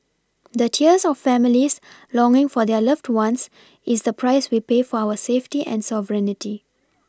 the tears of families longing for their loved ones is the price we pay for our safety and sovereignty